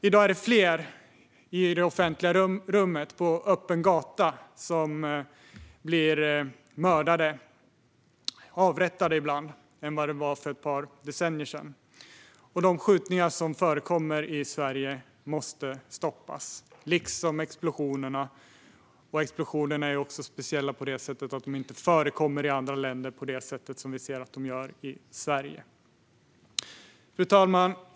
I dag mördas fler i det offentliga rummet, på öppen gata - ibland en avrättning - än för ett par decennier sedan. De skjutningar som förekommer i Sverige måste stoppas - liksom explosionerna. Explosionerna är speciella eftersom de inte förekommer i andra länder på det sätt vi ser i Sverige. Fru talman!